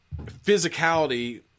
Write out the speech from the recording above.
physicality